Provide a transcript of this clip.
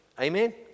Amen